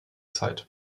zeit